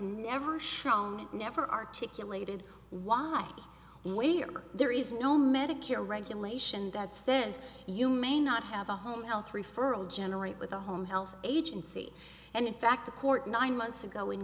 never shown never articulated why one way or there is no medicare regulation that says you may not have a home health referral generate with a home health agency and in fact the court nine months ago in